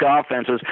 offenses